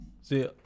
See